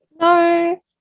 No